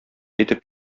итеп